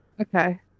Okay